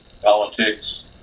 politics